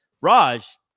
Raj